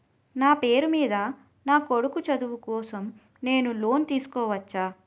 నా పేరు మీద నా కొడుకు చదువు కోసం నేను లోన్ తీసుకోవచ్చా?